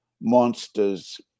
monsters